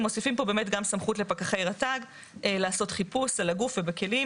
ומוסיפים פה באמת גם סמכות לפקחי רת"ג לעשות חיפוש על הגוף ובכלים,